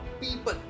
people